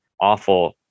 awful